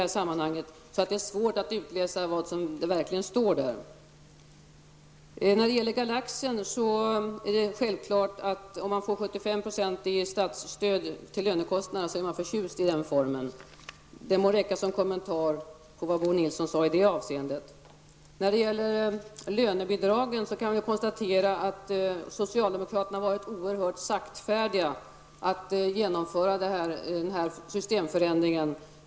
Därför är det svårt att utläsa vad som verkligen står i propositionen. Får man 75 % i statligt stöd till lönekostnader är man självklart förtjust i den organisationsform som Galaxen har. Det må räcka som kommentar till det Bo Nilsson sade i det avseendet. Jag kan konstatera att socialdemokraterna har varit oerhört saktfärdiga med att genomföra den systemförändring som gäller lönebidragen.